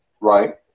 Right